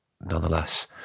nonetheless